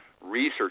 research